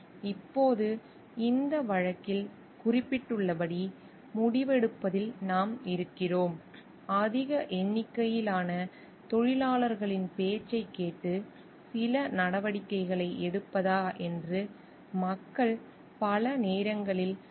இப்போது இந்த வழக்கில் குறிப்பிட்டுள்ளபடி முடிவெடுப்பதில் நாம் இருக்கிறோம் அதிக எண்ணிக்கையிலான தொழிலாளர்களின் பேச்சைக் கேட்டு சில நடவடிக்கைகளை எடுப்பதா என்று மக்கள் பல நேரங்களில் குழப்பத்தில் இருப்பார்கள்